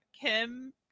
Kim